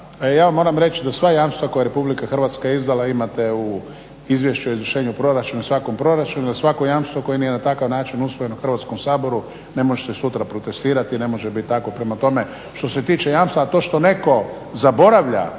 ja vam moram reći da sva jamstva koja je Republika Hrvatska izdala imate u izvješću o izvršenju proračuna i u svakom proračunu, jer svako jamstvo koje nije na takav način usvojeno u Hrvatskom saboru ne može se sutra protestirati, ne može biti tako. Prema tome, što se tiče jamstva, a to što neko zaboravlja